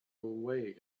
away